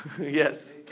Yes